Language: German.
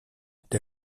der